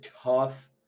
tough –